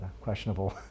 questionable